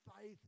faith